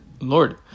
Lord